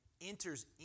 enters